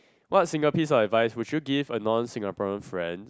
what single piece of advice would you give a non Singaporean friend